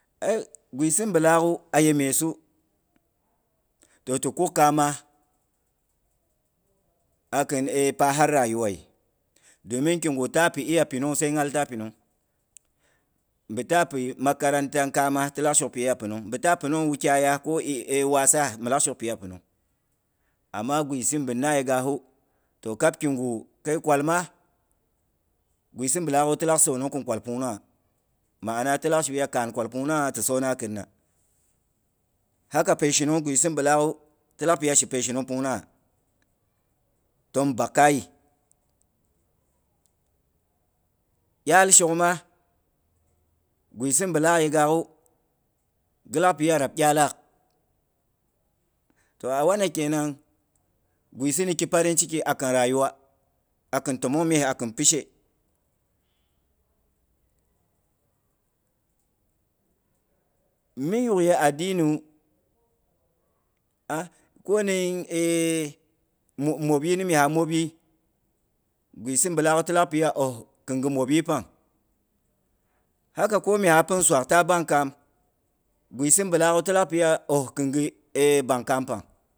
Ai gwisi bilaagwi aye myesu, toh ti kuk kaama, akin pahar rayuwayi domin omin igu tapi 'iya panungwa sai nghat ta pinung. mbitaa pi makarantan kaama tilak shok pi iya pinung bin ta pinung wukyayas ko waasa ti pi iya pi nung. Amma gwisi bin na yegasu toh kab kigu kai kwalma, gwisi bilaak' u ti lak sonong khin kwal pungnunghai ma'ana tilak pin iya kaan kwal pung nungha ti sona kinna. Haka peishinung gwisi bi laak'gui tilak pi iya shipei shinuna pungnungha, tong bak kari iyal shokma gwisi bilaak yagkgu. ghi lak pi iya rab iyalaak. Toh a wana kenang, gwisi niki parin ciki a kun raguwai a kin tomong mye akin pish. Min yukye adiniwu, ah! Ko nie mwopyil ni mye ah mwopyii, gwisi bi laakgwu tolak piya oh kinghi mwopyi pang. Haka ko mye a pin suagh, ta bang kam gwisi bi laakgwu ti lak piiyan oh kinghi bangkan pang.